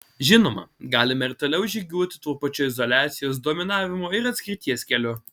žinoma galime ir toliau žygiuoti tuo pačiu izoliacijos dominavimo ir atskirties keliu